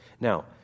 Now